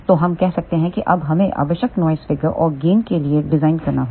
तो हम कहते हैं कि अब हमें आवश्यक नॉइस फिगर और गेन के लिए डिजाइन करना होगा